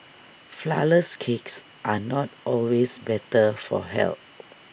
Flourless Cakes are not always better for health